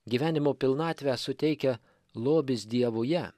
gyvenimo pilnatvę suteikia lobis dievuje